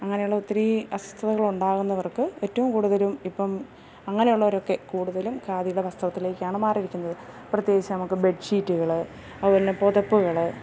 അങ്ങനെ ഉള്ള ഒത്തിരി അസ്വസ്ഥതകളുണ്ടാകുന്നവർക്ക് ഏറ്റവും കൂടുതലും ഇപ്പം അങ്ങനെ ഉള്ളവരൊക്കെ കൂടുതലും ഖാദിയുടെ വസ്ത്രത്തിലേക്കാണ് മാറിയിരിക്കുന്നത് പ്രത്യേകിച്ച് നമുക്ക് ബെഡ്ഷീറ്റുകള് അതുപോലെ തന്നെ പുതപ്പുകൾ